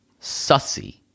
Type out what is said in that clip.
Sussy